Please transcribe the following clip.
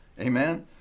amen